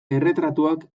erretratuak